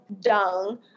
dung